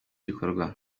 gikorwa